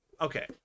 okay